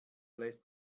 lässt